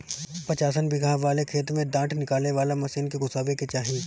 पचासन बिगहा वाले खेत में डाँठ निकाले वाला मशीन के घुसावे के चाही